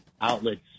outlets